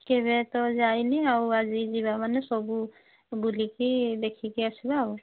କେବେ ତ ଯାଇନି ଆଉ ଆଜି ଯିବା ମାନେ ସବୁ ବୁଲିକି ଦେଖିକି ଆସିବା ଆଉ